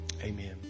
Amen